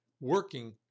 working